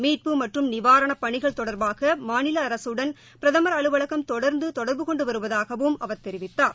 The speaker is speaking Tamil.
மீட்பு மற்றும் நிவாரணப்பணிகள் தொடர்பாக மாநில அரகடன் பிரதமர் அலுவலகம் தொடர்ந்து தொடர்பு கொண்டு வருவதாகவும் அவர் தெரிவித்தார்